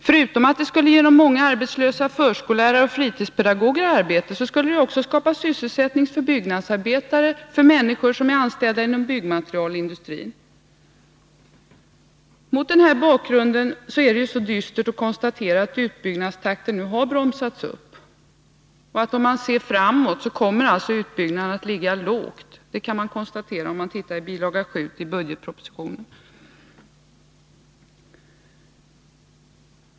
Förutom att det skulle ge de många arbetslösa förskollärarna och fritidspedagogerna arbete, skulle det också skapa sysselsättning för byggnadsarbetare och för människor som är anställda inom byggnadsmaterielindustrin. Mot den här bakgrunden är det mycket dystert att konstatera att utbyggnadstakten bromsats upp, och om man ser framåt kommer utbyggnaden att ligga lågt. Det kan man konstatera om man läser bil. 7 till budgetpropositionen.